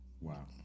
wow